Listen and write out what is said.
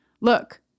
Look